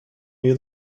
near